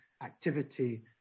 activity